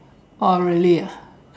oh really ah